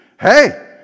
hey